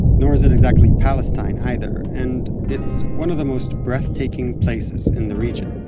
nor is it exactly palestine either. and it's one of the most breathtaking places in the region,